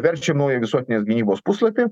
verčiam naują visuotinės gynybos puslapį